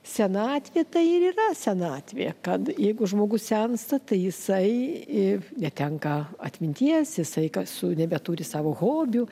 senatvė tai ir yra senatvė kad jeigu žmogus sensta tai jisai netenka atminties jisai ka su nebeturi savo hobių